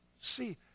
see